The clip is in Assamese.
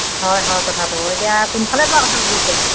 হয় হয় কথাটো এতিয়া কোনফালে যোৱা কথা ভাবিছে